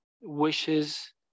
wishes